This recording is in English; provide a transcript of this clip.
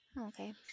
Okay